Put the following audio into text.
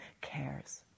cares